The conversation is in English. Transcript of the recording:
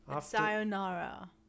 Sayonara